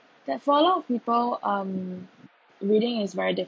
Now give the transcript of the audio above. there is a lot of people um reading is very diff~